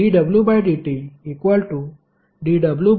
आता जर आपण dwdtdwdq